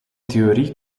theorie